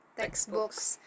textbooks